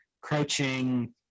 crouching